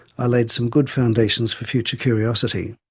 i laid some good foundations for future curiosity.